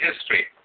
history